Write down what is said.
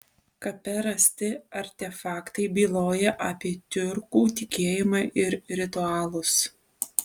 kape rasti artefaktai byloja apie tiurkų tikėjimą ir ritualus